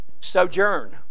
sojourn